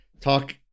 talk